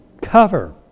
cover